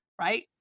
right